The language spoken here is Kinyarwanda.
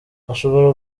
ashobora